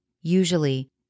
Usually